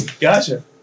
Gotcha